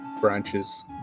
branches